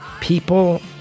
people